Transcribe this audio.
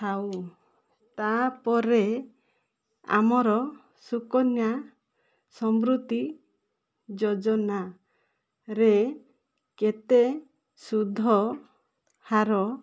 ଥାଉ ତା'ପରେ ଆମର ସୁକନ୍ୟା ସମୃଦ୍ଧି ଯୋଜନାରେ କେତେ ସୁଧହାର